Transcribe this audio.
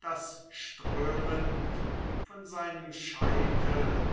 das strömend von seinem scheitel